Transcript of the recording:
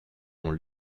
ont